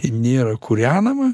nėra kūrenama